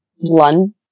London